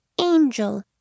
angel